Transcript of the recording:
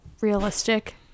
realistic